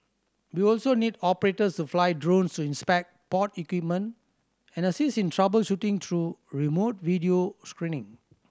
we will also need operators to fly drones inspect port equipment and assist in troubleshooting through remote video screening